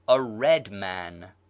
a red man.